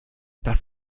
das